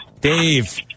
Dave